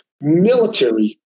military